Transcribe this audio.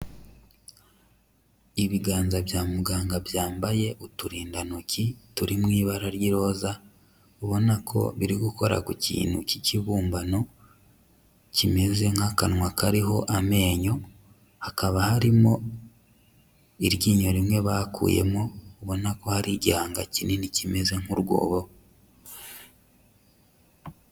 Ibiganza bya muganga byambaye uturindantoki turi mu ibara ry'iroza ubona ko biri gukora ku kintu cy'ikibumbano kimeze nk'akanwa kariho amenyo, hakaba harimo iryinyo rimwe bakuyemo ubona ko hari igihanga kinini kimeze nk'urwobo.